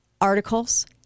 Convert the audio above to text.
articles